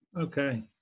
Okay